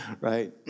right